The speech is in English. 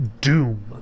doom